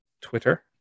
Twitter